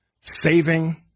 saving